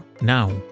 now